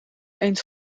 eens